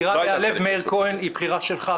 מאיר כהן, הבחירה להיעלב היא בחירה שלך.